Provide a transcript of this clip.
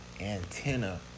antenna